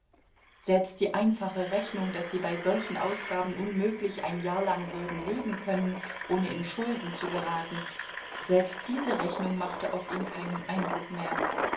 selbst die einfache rechnung daß sie bei solchen ausgaben unmöglich ein jahr lang würden leben können ohne in schulden zu geraten selbst diese rechnung machte auf ihn keinen eindruck mehr